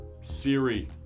Siri